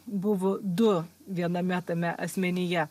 buvo du viename tame asmenyje